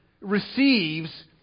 receives